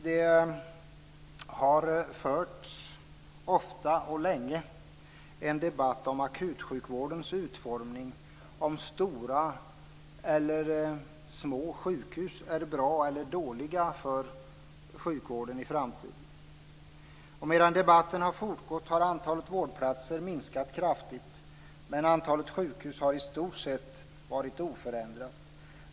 Det har ofta och länge förts en debatt om akutsjukvårdens utformning - om stora och små sjukhus är bra eller dåliga för sjukvården i framtiden. Medan debatten fortgått har antalet vårdplatser minskat kraftigt, men antalet sjukhus har i stort sett varit oförändrat.